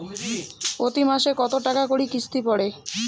প্রতি মাসে কতো টাকা করি কিস্তি পরে?